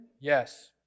Yes